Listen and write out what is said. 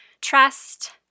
trust